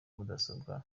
mudasobwa